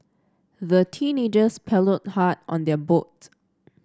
the teenagers paddled hard on their boat